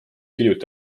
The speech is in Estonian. hiljuti